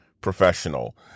professional